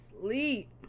sleep